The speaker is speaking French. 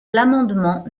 l’amendement